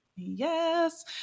Yes